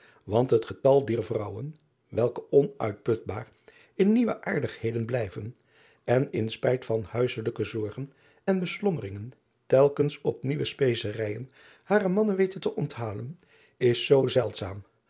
want het getal dier vrouwen welk onuitputbaar in nieuwe aardigheden blijven en in spijt van huisselijke zorgen en beslommeringen telkens op nieuwe specerijen hare mannen weten te onthalen is zoo zeldzaam